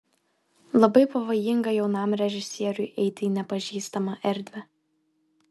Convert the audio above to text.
labai pavojinga jaunam režisieriui eiti į nepažįstamą erdvę